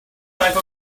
type